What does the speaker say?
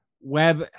Web